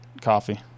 Coffee